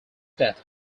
death